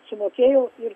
sumokėjau ir